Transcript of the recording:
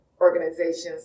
organizations